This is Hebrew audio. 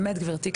באמת גברתי,